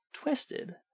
Twisted